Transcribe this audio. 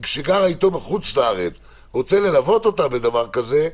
החריגים שפועלת בחודש האחרון כבר לא עוסקת בכניסת זרים.